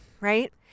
right